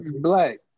Black